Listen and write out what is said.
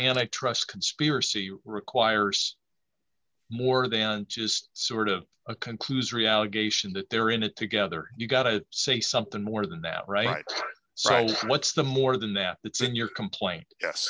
and i trust conspiracy requires more than just sort of a conclusory allegation that they're in it together you've got to say something more than that right so what's the more than that it's in your complaint yes